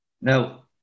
Now